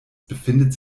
befindet